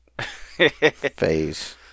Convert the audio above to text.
phase